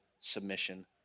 submission